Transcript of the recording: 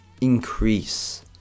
increase